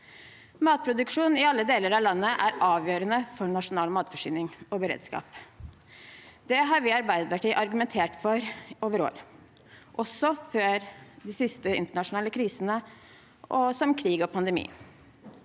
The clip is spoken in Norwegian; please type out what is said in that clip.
Matproduksjon i alle deler av landet er avgjørende for nasjonal matforsyning og beredskap. Det har vi i Arbeiderpartiet argumentert for over år, også før de siste internasjonale krisene, slik som krig og pandemi.